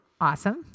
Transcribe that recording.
Awesome